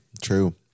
true